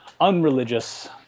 unreligious